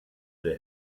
der